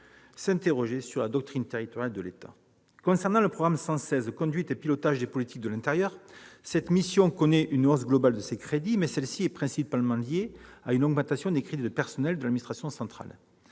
s'interroger sur la doctrine territoriale de l'État. Le programme 116, « Conduite et pilotage des politiques de l'intérieur », connaît une hausse globale de ses crédits, mais celle-ci est principalement liée à une augmentation des crédits de personnel de l'administration centrale.